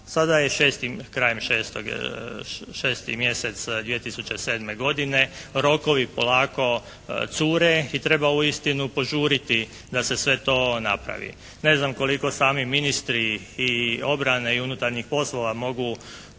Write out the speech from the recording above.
Sada je krajem 6., 6. mjesec 2007. godine, rokovi polako cure i treba uistinu požuriti da se sve to napravi. Ne znam koliko sami ministri i obrane i unutarnjih poslova mogu